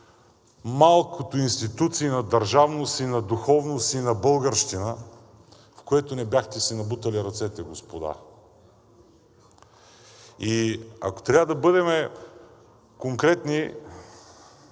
малкото институции на държавност и на духовност, и на българщина, в която не бяхте си набутали ръцете, господа. И ако трябва да бъдем конкретни,